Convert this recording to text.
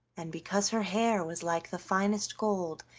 and because her hair was like the finest gold,